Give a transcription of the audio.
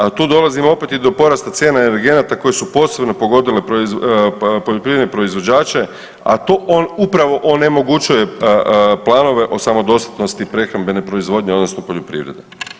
Ali tu dolazimo opet i do porasta cijena energenata koje su posebno pogodile poljoprivredne proizvođače, a to on upravo onemogućuje planove o samodostatnosti prehrambene proizvodnje odnosno poljoprivrede.